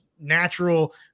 natural